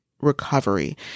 recovery